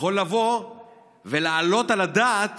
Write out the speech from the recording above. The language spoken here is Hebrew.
שיכול לבוא ולהעלות על הדעת